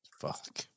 Fuck